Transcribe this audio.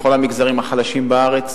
לכל המגזרים החלשים בארץ.